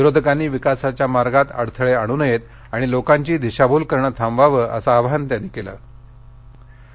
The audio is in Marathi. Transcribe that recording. विरोधकांनी विकासाच्या मार्गात अडथळे आणू नयेत आणि लोकांची दिशाभूल करणं थांबवावं असं आवाहन पंतप्रधानांनी यावेळी केलं